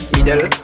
Middle